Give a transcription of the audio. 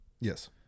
Yes